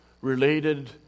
related